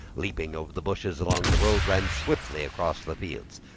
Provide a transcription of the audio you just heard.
leaping over the bushes along the road, ran swiftly across the fields.